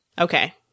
okay